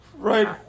right